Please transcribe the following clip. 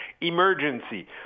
emergency